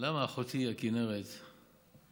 למה אחותי הכינרת עם